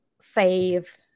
save